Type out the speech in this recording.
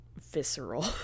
visceral